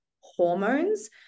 hormones